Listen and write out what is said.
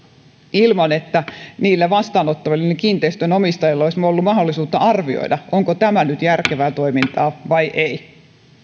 ilman että niillä vastaanottavilla kiinteistön omistajilla olisi ollut mahdollisuutta arvioida onko tämä nyt järkevää toimintaa vai ei